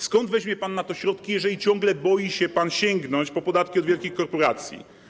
Skąd weźmie pan na to środki, jeżeli ciągle boi się pan sięgnąć po podatki od wielkich korporacji?